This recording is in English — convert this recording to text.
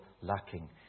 lacking